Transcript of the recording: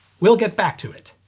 we'll get back to it.